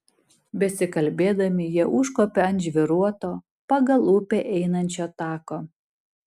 besikalbėdami jie užkopė ant žvyruoto pagal upę einančio tako